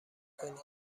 کنید